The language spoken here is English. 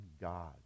God